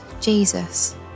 Jesus